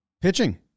pitching